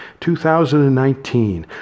2019